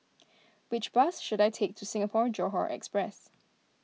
which bus should I take to Singapore Johore Express